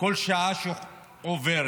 כל שעה שעוברת,